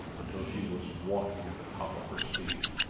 until she was walking at the top of her speed.